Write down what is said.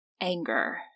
anger